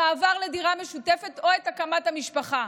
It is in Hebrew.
את המעבר לדירה משותפת או את הקמת המשפחה.